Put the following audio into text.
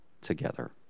together